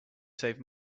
save